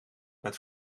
met